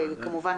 וכמובן,